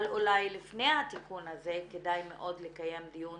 אבל אולי לפני התיקון הזה, כדאי מאוד לקיים לדיון